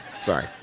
sorry